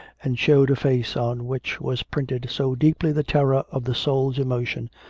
and showed a face on which was printed so deeply the terror of the soul's emotion,